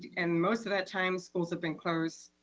and most of that time schools have been closed.